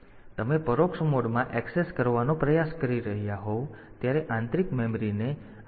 તેથી જ્યારે તમે પરોક્ષ મોડમાં ઍક્સેસ કરવાનો પ્રયાસ કરી રહ્યાં હોવ ત્યારે આંતરિક મેમરી ને તમે તેને આ રીતે કરી શકો છો